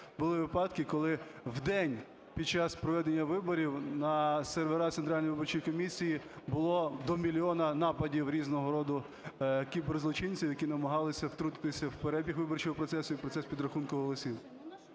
були випадки, коли в день під час проведення виборів на сервера Центральної виборчої комісії було до мільйона нападів різного роду кіберзлочинців, які намагалися втрутитися в перебіг виборчого процесу і в процес підрахунку голосів.